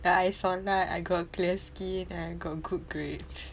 like I solat I got clear skin I got good grades